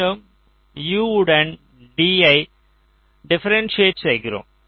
மீண்டும் U உடன் D ஐ டிபரென்சியேட் செய்கிறோம்